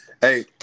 Hey